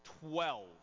Twelve